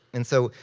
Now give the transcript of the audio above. and so,